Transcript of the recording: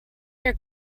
your